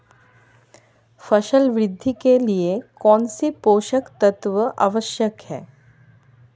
फसल वृद्धि के लिए कौनसे पोषक तत्व आवश्यक हैं?